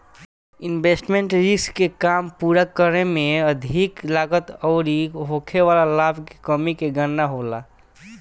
investment risk के काम पूरा करे में अधिक लागत अउरी होखे वाला लाभ के कमी के गणना होला